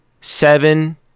seven